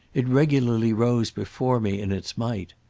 it regularly rose before me in its might.